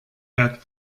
had